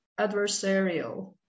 adversarial